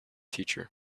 teacher